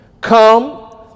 Come